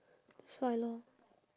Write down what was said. that's why lor